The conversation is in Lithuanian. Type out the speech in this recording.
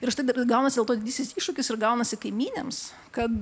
ir štai dar gaunasi dė to didysis iššūkis ir gaunasi kaimynėms kad